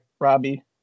Robbie